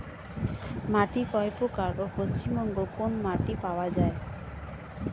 মাটি কয় প্রকার ও পশ্চিমবঙ্গ কোন মাটি পাওয়া য়ায়?